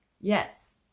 Yes